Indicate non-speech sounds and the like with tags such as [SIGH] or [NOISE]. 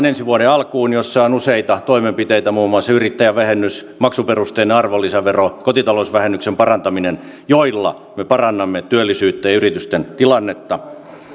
[UNINTELLIGIBLE] ensi vuoden alkuun valmistellaan yrittäjäveropakettia jossa on useita toimenpiteitä muun muassa yrittäjävähennys maksuperusteinen arvonlisävero kotitalousvähennyksen parantaminen joilla me parannamme työllisyyttä ja yritysten tilannetta